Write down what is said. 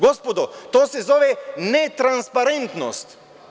Gospodo, to se zove netransparentnost.